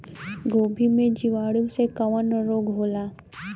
गोभी में जीवाणु से कवन रोग होला?